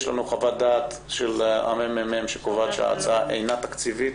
יש לנו חוות דעת של הממ"מ שקובעת שההצעה אינה תקציבית.